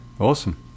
awesome